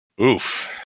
oof